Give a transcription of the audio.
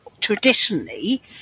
traditionally